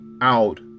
out